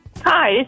Hi